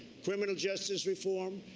criminal justice reform,